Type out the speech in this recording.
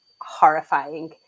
horrifying